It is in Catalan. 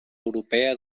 europea